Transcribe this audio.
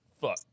Fuck